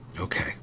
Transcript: Okay